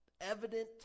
evident